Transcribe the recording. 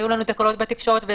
היו לנו תקלות בתקשורת,